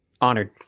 Honored